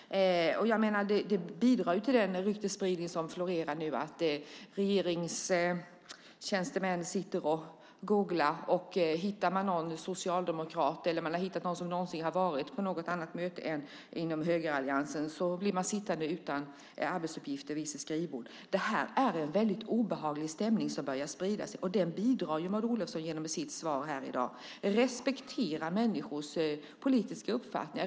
Det bidrar till den ryktesspridning som florerar om att regeringstjänstemän sitter och googlar. Hittar man en socialdemokrat eller någon som någon gång har varit på något annat möte än inom högeralliansen blir denne sittande vid sitt skrivbord utan arbetsuppgifter. Det är en obehaglig stämning som börjar sprida sig, och Maud Olofsson bidrar till den genom sitt svar i dag. Respektera människors politiska uppfattningar!